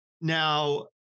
Now